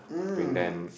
um